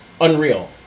unreal